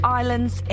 islands